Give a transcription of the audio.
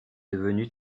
devenu